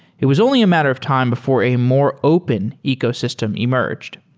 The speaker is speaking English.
it was only a matter of time before a more open ecosystem emerged.